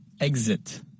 Exit